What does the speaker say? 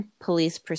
police